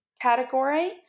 category